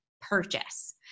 purchase